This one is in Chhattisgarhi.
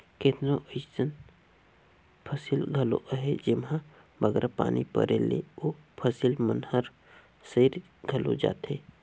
केतनो अइसन फसिल घलो अहें जेम्हां बगरा पानी परे ले ओ फसिल मन हर सइर घलो जाथे